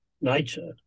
nature